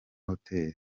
hotel